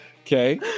Okay